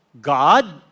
God